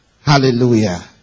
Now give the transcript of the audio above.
Hallelujah